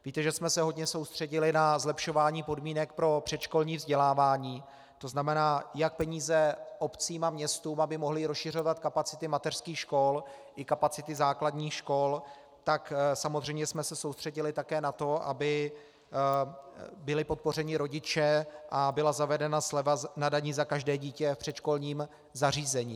Víte, že jsme se hodně soustředili na zlepšování podmínek pro předškolní vzdělávání, tzn. jak peníze obcím a městům, aby mohly rozšiřovat kapacity mateřských škol i kapacity základních škol, tak samozřejmě jsme se soustředili také na to, aby byli podpořeni rodiče a byla zavedena sleva na dani za každé dítě v předškolním zařízení.